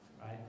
right